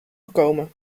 gekomen